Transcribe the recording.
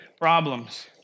problems